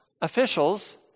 officials